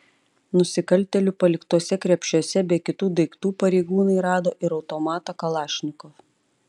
nusikaltėlių paliktuose krepšiuose be kitų daiktų pareigūnai rado ir automatą kalašnikov